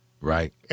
Right